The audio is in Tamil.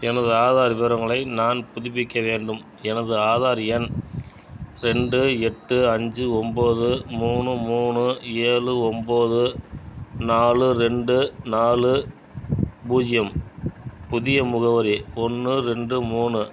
எனது ஆதார் விவரங்களை நான் புதுப்பிக்க வேண்டும் எனது ஆதார் எண் ரெண்டு எட்டு அஞ்சு ஒன்போது மூணு மூணு ஏழு ஒன்போது நாலு ரெண்டு நாலு பூஜ்யம் புதிய முகவரி ஒன்று ரெண்டு மூணு